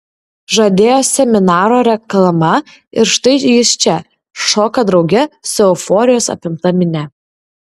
žadėjo seminaro reklama ir štai jis čia šoka drauge su euforijos apimta minia